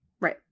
Right